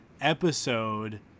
episode